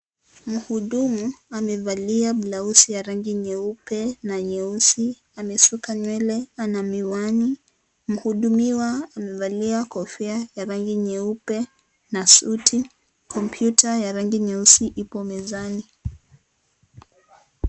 Mhudumu amevalia blausi ya rangi nyeupe na nyeusi na amesuka nywele ana miwani, mhudumiwa amevalia kofia ya rangi nyeupe na suti, kompyuta ya rangi nyeusi ipo mezani.